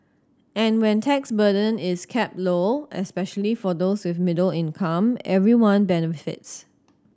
and when tax burden is kept low especially for those with middle income everyone benefits